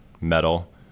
metal